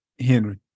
Henry